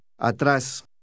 Atrás